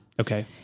Okay